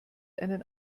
einen